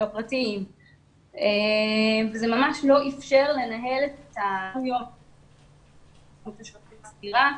זה ממש לא אפשר לנהל את הדברים בצורה סדירה.